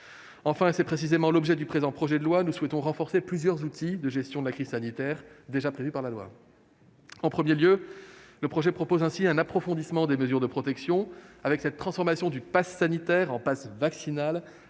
Enfin, et c'est précisément l'objet du présent projet de loi, nous souhaitons renforcer plusieurs outils de gestion de la crise sanitaire déjà prévus par la loi. Nous proposons ainsi un approfondissement des mesures de protection et la transformation du passe sanitaire en passe vaccinal,